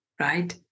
right